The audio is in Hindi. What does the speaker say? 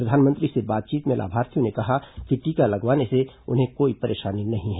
प्रधानमंत्री से बातचीत में लाभार्थियों ने कहा कि टीका लगवाने से उन्हें कोई परेशानी नहीं है